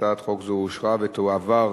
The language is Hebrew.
ההצעה להעביר